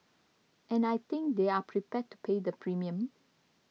and I think they're prepared to pay the premium